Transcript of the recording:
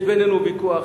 יש בינינו ויכוח